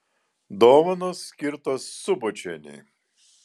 dovanos skirtos subočienei